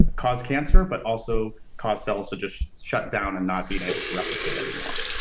cause cancer, but also cause cells to just shut down and not being able to replicate anymore.